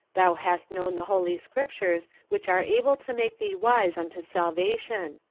thou hast known the holy scriptures, which are able to make thee wise unto salvation.